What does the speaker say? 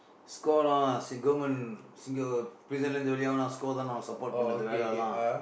score lah say government Singa~ prison னிலிருந்து வெளியாவுனா:nilirundthu veliyaavunaa score தான்:thaan lah support பண்ணுது வேலை எல்லாம்:pannuthu veelai ellaam